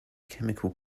chemical